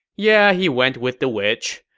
yeah, he went with the witch.